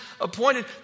appointed